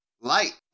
Light